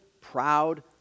proud